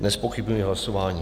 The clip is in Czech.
Nezpochybňuji hlasování.